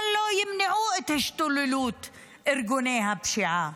אבל לא ימנעו את השתוללות ארגוני הפשיעה.